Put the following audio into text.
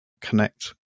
connect